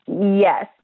Yes